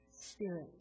Spirit